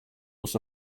was